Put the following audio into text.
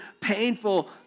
painful